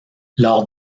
lors